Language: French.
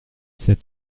cet